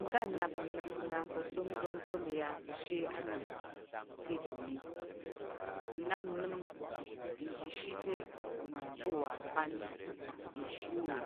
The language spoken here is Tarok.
Ngga nnap nəm na pa̱ dongdong va̱ mi ya ka ashe anəm te i ɗom mi nnap nəm nggəshi te uvəngva̱ nwa pa ishi wo